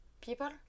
people